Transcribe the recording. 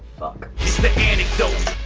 fuck. it's the anecdote